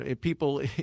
people